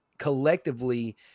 collectively